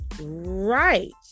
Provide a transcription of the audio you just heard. right